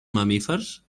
mamífers